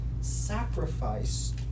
sacrifice